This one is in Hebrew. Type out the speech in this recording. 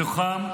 מתוכם,